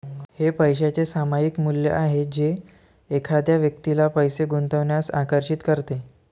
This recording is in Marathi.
हे पैशाचे सामायिक मूल्य आहे जे एखाद्या व्यक्तीला पैसे गुंतवण्यास आकर्षित करते